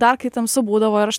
dar kai tamsu būdavo ir aš